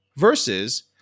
Versus